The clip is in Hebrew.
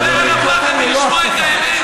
והפתרון הוא לא ברדיפה של ארגוני זכויות אדם,